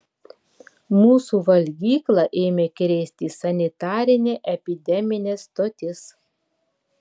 mūsų valgyklą ėmė krėsti sanitarinė epideminė stotis